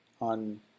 on